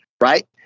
right